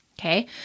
Okay